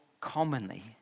commonly